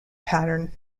pattern